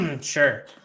Sure